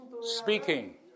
speaking